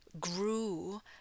grew